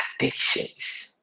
addictions